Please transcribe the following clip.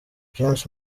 james